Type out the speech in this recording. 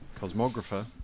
cosmographer